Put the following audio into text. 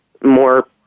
more